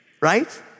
right